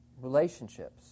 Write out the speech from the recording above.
relationships